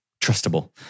trustable